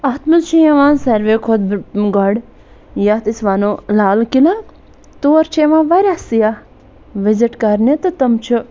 اَتھ مَنٛز چھِ یِوان ساروِیو کھۄتہٕ گۄڈٕ یتھ أسۍ ونو لال قلعہٕ تور چھِ یِوان واریاہ سیاح وِزِٹ کَرنہِ تہٕ تِم چھِ